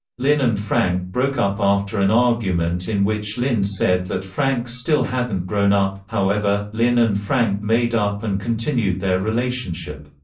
lynn and frank broke up after an argument in which lynn said that frank still hadn't grown up, however, lynn and frank made up and continued their relationship.